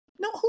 No